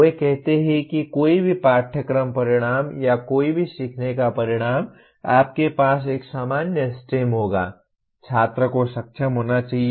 वे कहते हैं कि कोई भी पाठ्यक्रम परिणाम या कोई भी सीखने का परिणाम आपके पास एक सामान्य स्टेम होगा छात्र को सक्षम होना चाहिए